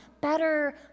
better